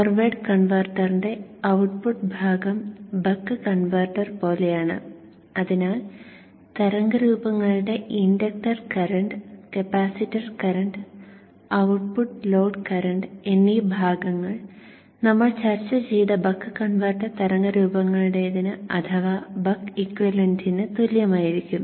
forward കൺവെർട്ടറിന്റെ output ഭാഗം buck converter പോലെയാണ് അതിനാൽ തരംഗരൂപങ്ങളുടെ inductor current capacitor current output load current എന്നി ഭാഗങ്ങൾ നമ്മൾ ചർച്ച ചെയ്ത ബക്ക് കൺവെർട്ടർ തരംഗരൂപങ്ങളുടേതിന് അഥവാ ബക്ക് ഇക്വിലെന്റിനു തുല്യമായിരിക്കും